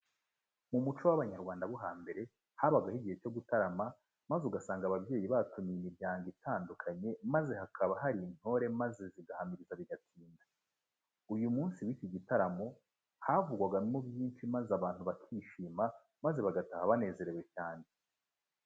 Mu muco w'Abanyarwanda bo hambere habagaho igihe cyo gutarama maze ugasanga ababyeyi batumiye imiryango itandukanye maze hakaba hari n'intore maze zigahamiriza bigatinda. Uyu munsi w'iki gitaramo havugirwagamo byinshi maze abantu bakishima maze bagataha banezerewe cyane.